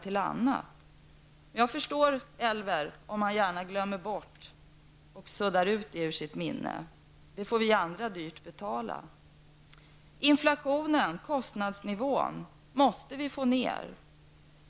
Men jag förstår som sagt att Elver Jonsson gärna suddar ut det där ur sitt minne, det som vi nu dyrt har att betala. Inflationen, kostnadsnivån, måste pressas ned.